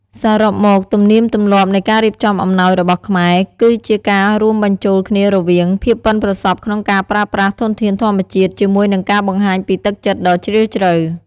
សរុបមក ទំនៀមទម្លាប់នៃការរៀបចំអំណោយរបស់ខ្មែរ គឺជាការរួមបញ្ចូលគ្នារវាង ភាពប៉ិនប្រសប់ក្នុងការប្រើប្រាស់ធនធានធម្មជាតិ ជាមួយនឹង ការបង្ហាញពីទឹកចិត្តដ៏ជ្រាលជ្រៅ។